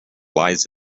lies